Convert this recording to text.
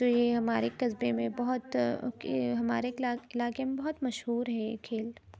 جو یہ ہمارے قصبے میں بہت کہ ہمارے علاقے میں بہت مشہور ہے یہ کھیل